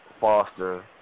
Foster